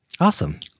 Awesome